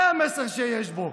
זה המסר שיש בו.